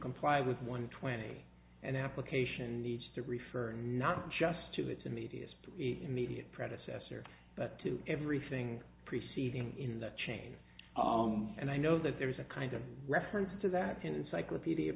comply with one twenty and application needs to refer not just to its immediate immediate predecessor but to everything preceding in that chain and i know that there is a kind of reference to that in encyclopedia